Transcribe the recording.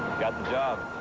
got the job.